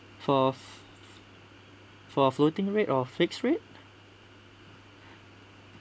for flo~ for floating rate or fixed rate